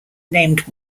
named